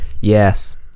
Yes